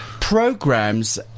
programs